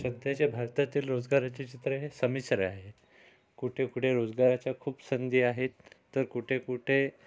सध्याच्या भारतातील रोजगाराचे चित्र हे संमिश्र आहे कुठे कुठे रोजगाराच्या खूप संधी आहेत तर कुठे कुठे